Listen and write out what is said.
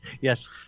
Yes